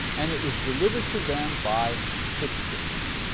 and it was delivered to them by tychicus.